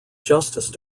justice